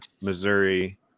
Missouri